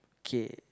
K